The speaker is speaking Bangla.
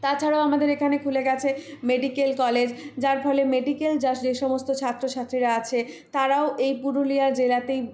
তাছাড়াও আমাদের এখানে খুলে গেছে মেডিকেল কলেজ যার ফলে মেডিকেল যে যা সমস্ত ছাত্রছাত্রীরা আছে তারাও এই পুরুলিয়া জেলাতেই